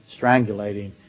strangulating